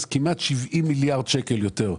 כמעט 70 מיליארד שקל יותר,